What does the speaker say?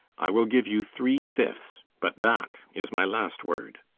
i will give you three fifths but that is my last word.